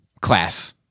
class